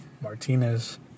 Martinez